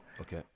Okay